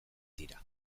dira